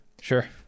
Sure